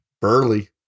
burly